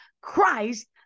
Christ